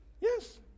Yes